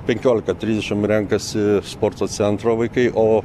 penkiolika trisdešimt renkasi sporto centro vaikai o